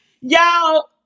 Y'all